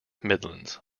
midlands